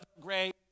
great